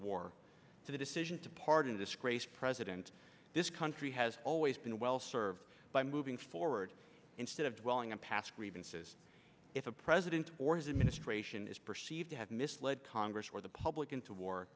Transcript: to the decision to pardon this grace president this country has always been well served by moving forward instead of dwelling on past grievances if a president or his administration is perceived to have misled congress or the public into war